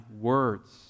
words